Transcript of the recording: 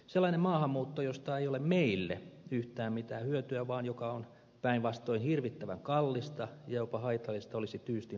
sellainen maahanmuutto josta ei ole meille yhtään mitään hyötyä vaan joka on päinvastoin hirvittävän kallista ja jopa haitallista olisi tyystin lopetettava